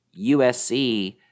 USC